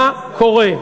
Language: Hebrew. מה קורה.